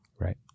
Right